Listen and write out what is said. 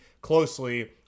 closely